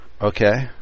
Okay